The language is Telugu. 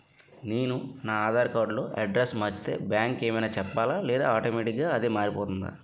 నేను నా ఆధార్ కార్డ్ లో అడ్రెస్స్ మార్చితే బ్యాంక్ కి ఏమైనా చెప్పాలా లేదా ఆటోమేటిక్గా అదే మారిపోతుందా?